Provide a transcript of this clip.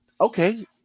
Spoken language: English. Okay